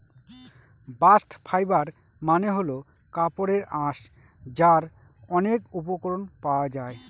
bast fibre মানে হল কাপড়ের আঁশ যার অনেক উপকরণ পাওয়া যায়